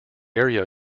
area